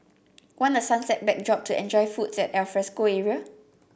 want a sunset backdrop to enjoy foods at alfresco area